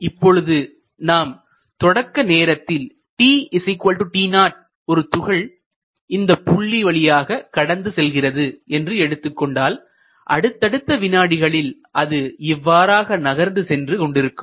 இப்பொழுது நாம் தொடக்க நேரத்தில் tt0 ஒரு துகள் இந்தப் புள்ளி வழியாக கடந்து செல்கிறது என்று எடுத்துக் கொண்டால் அடுத்தடுத்த வினாடிகளில் அது இவ்வாறாக நகர்ந்து சென்று கொண்டிருக்கும்